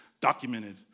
documented